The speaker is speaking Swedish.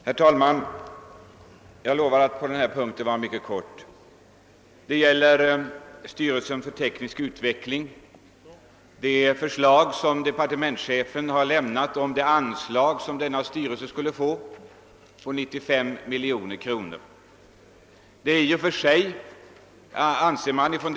Herr talman! Jag lovar att vara mycket kortfattad beträffande den här punkten som gäller departementschefens förslag om anslag på 95 miljoner kronor till styrelsen för teknisk utveckling .